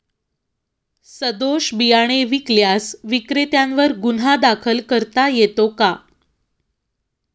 सदोष बियाणे विकल्यास विक्रेत्यांवर गुन्हा दाखल करता येतो का?